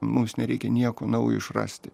mums nereikia nieko naujo išrasti